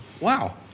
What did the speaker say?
Wow